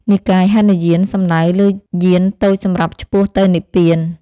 និកាយហីនយាន សំដៅលើយានតូចសម្រាប់ឆ្ពោះទៅនិព្វាន។